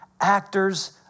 actors